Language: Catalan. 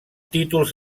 títols